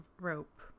rope